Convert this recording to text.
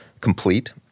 complete